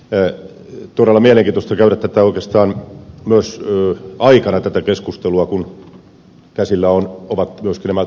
on todella mielenkiintoista käydä oikeastaan myös tänä aikana tätä keskustelua kun käsillä ovat myöskin nämä tuoreet nokia uutiset